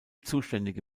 zuständige